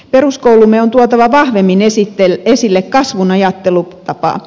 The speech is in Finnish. peruskoulumme on tuotava vahvemmin esille kasvun ajattelutapaa